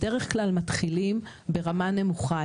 בדרך כלל מתחילים ברמה נמוכה.